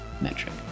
metric